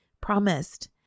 promised